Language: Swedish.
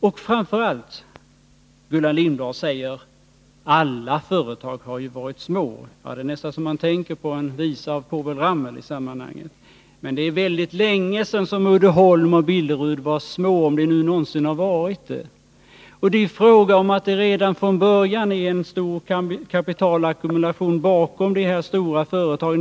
Gullan Lindblad säger att alla företag har varit små — man kommer nästan att tänka på en visa av Povel Ramel i det sammanhanget — men det är väldigt länge sedan Uddeholm och Billerud var små, om de någonsin har varit det. Frågan är om det inte redan från början var en stor kapitalackumulation bakom dessa stora företag.